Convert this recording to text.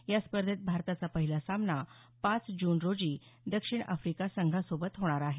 या स्पर्धेत भारताचा पहिला सामना पाच जून रोजी दक्षिण आफ्रिका संघासोबत होणार आहे